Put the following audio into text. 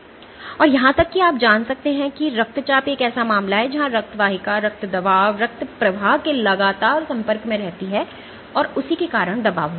या यहां तक कि आप जान सकते हैं कि रक्तचाप एक ऐसा मामला है जहां रक्त वाहिका रक्त दबाव रक्त प्रवाह के लगातार संपर्क में रहती है और उसी के कारण दबाव होता है